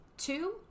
Two